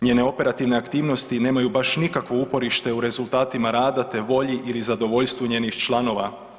Njene operativne aktivnosti nemaju baš nikakvo uporište u rezultatima rada te volji ili zadovoljstvu njenih članova.